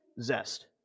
zest